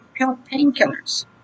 painkillers